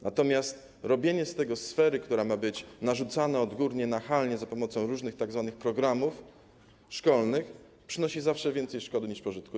Natomiast robienie z tego sfery, która ma być nachalnie narzucana z góry za pomocą różnych tzw. programów szkolnych przynosi zawsze więcej szkody niż pożytku.